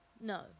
No